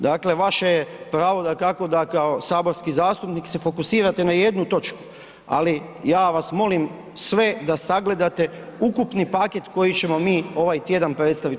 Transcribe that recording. Dakle vaše je pravo dakako da kao saborski zastupnik se fokusirate na jednu točku ali ja vas molim sve da sagledate ukupni paket koji ćemo mi ovaj tjedan predstavit u